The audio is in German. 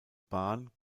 bahn